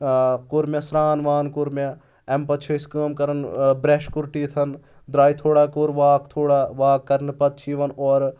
کوٚر مےٚ سران وان کوٚر مےٚ امہِ پَتہٕ چھِ أسۍ کٲم کَرَان برٛؠش کوٚر ٹیٖتھن درٛاے تھوڑا کوٚر واک تھوڑا واک کرنہٕ پتہٕ چھِ یِوَان اورٕ